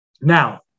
Now